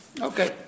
Okay